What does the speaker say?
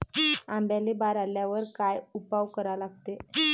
आंब्याले बार आल्यावर काय उपाव करा लागते?